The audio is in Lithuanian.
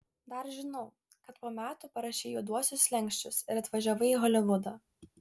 dar žinau kad po metų parašei juoduosius slenksčius ir atvažiavai į holivudą